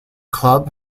club